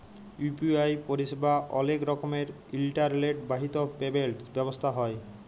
UPI পরিসেবা অলেক রকমের ইলটারলেট বাহিত পেমেল্ট ব্যবস্থা হ্যয়